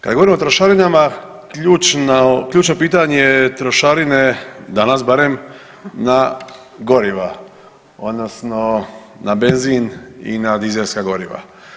Kad govorimo o trošarinama ključno pitanje je trošarine danas barem na goriva, odnosno na benzin i na dizelska goriva.